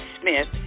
Smith